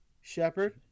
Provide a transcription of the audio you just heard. shepherd